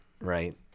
right